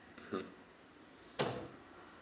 hmm